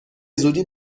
زودی